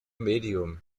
medium